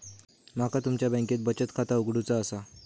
माका तुमच्या बँकेत बचत खाता उघडूचा असा?